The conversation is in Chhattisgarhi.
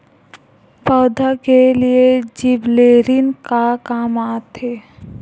पौधा के लिए जिबरेलीन का काम आथे?